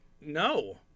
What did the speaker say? no